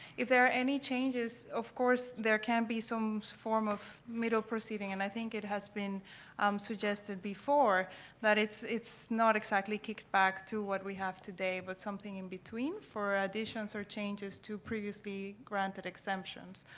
if there are any changes, of course, there can be some form of middle proceeding. and i think it has been suggested before that it's it's not exactly kicked back to what we have today, but something in between for additions or changes to previously granted exemptions.